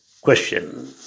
question